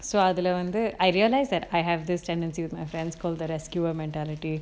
so அதுல வந்து:athula vanthu I realise that I have this tendency with my friends called the rescuer mentality